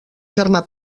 germà